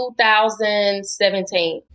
2017